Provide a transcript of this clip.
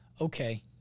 okay